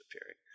appearing